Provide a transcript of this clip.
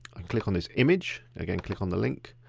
click on this image. again, click on the link,